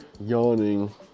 yawning